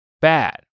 bad